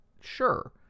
Sure